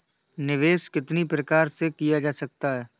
निवेश कितनी प्रकार से किया जा सकता है?